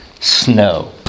Snow